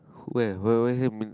where where where that mean